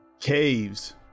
Caves